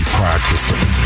practicing